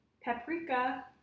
Paprika